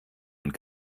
und